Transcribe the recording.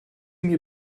mir